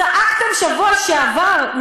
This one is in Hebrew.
צעקתם בשבוע שעבר,